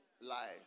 life